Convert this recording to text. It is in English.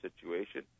situation